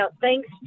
thanks